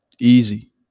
Easy